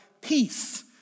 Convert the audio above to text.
peace